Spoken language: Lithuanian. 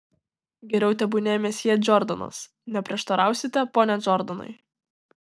geriau tebūnie mesjė džordanas neprieštarausite pone džordanai